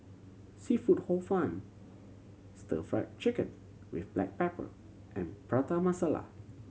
seafood Hor Fun Stir Fried Chicken with black pepper and Prata Masala